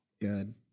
Good